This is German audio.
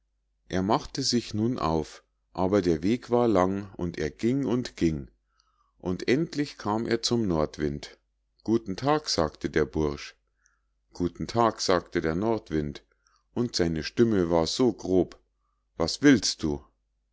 er machte sich nun auf aber der weg war lang und er ging und ging und endlich kam er zum nordwind guten tag sagte der bursch guten tag sagte der nordwind und seine stimme war so grob was willst du